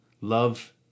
love